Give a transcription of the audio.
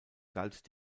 galt